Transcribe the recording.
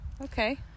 Okay